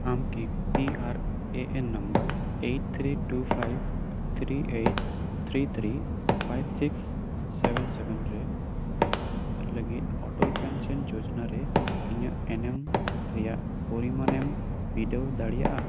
ᱟᱢ ᱠᱤ P R A N number eight three two five three eight three three five six seven seven ᱨᱮ ᱞᱟᱹᱜᱤᱫ ᱚᱴᱚᱞ ᱯᱮᱱᱥᱮᱱ ᱡᱳᱡᱚᱱᱟ ᱨᱮ ᱤᱧᱟᱹᱜ ᱮᱱᱮᱢ ᱨᱮᱭᱟᱜ ᱯᱚᱨᱤᱢᱟᱱᱮᱢ ᱵᱤᱰᱟᱹᱣ ᱫᱟᱲᱮᱭᱟᱜᱼᱟ